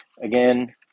again